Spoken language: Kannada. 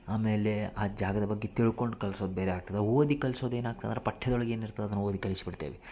ಆಮೇಲೆ ಆ ಜಾಗದ ಬಗ್ಗೆ ತಿಳ್ಕೊಂಡು ಕಲ್ಸೋದು ಬೇರೆ ಆಗ್ತದೆ ಓದಿ ಕಲ್ಸೋದು ಏನಾಗ್ತದಂದ್ರೆ ಪಠ್ಯದೊಳಗೆ ಏನಿರ್ತದೆ ಅದನ್ನು ಓದಿ ಕಲಿಸ್ಬಿಡ್ತೇವಿ